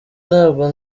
ntabwo